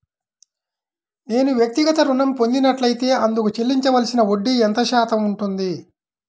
నేను వ్యక్తిగత ఋణం పొందినట్లైతే అందుకు చెల్లించవలసిన వడ్డీ ఎంత శాతం ఉంటుంది?